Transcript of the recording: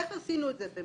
איך עשינו את זה?